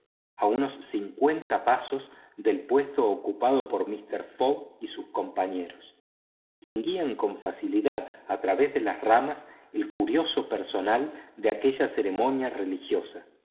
a unos cincuenta pasos del puesto ocupado por mister fogg y sus compañeros distinguían con facilidad al través de las ramas el curioso personal de aquella ceremonia religiosa